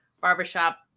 barbershop